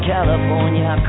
California